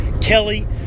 kelly